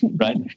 right